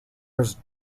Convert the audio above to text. his